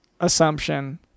assumption